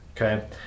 Okay